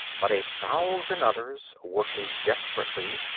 but a thousand others, working desperately,